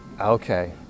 Okay